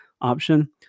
option